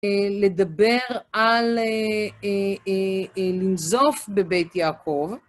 לדבר על לנזוף בבית יעקב.